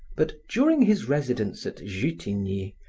but during his residence at jutigny,